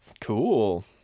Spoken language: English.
Cool